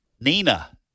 Nina